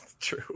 True